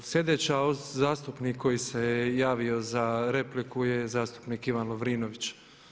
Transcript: Slijedeći zastupnik koji se javio za repliku je zastupnik Ivan Lovrinović.